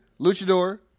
luchador